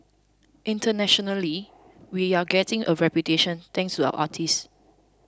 internationally we're getting a reputation thanks to our artists